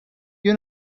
you